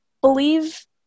believe